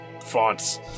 fonts